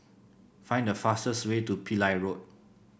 find the fastest way to Pillai Road